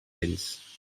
ells